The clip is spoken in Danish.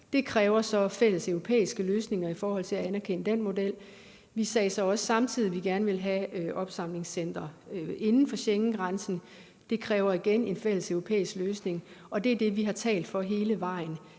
Det kræver så fælles europæiske løsninger i forhold til at anerkende den model. Vi sagde så også samtidig, at vi gerne ville have opsamlingscentre inden for Schengengrænsen. Det kræver igen en fælles europæisk løsning, og det er det, vi har talt for hele vejen.